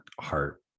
heart